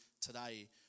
today